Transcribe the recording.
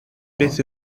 beth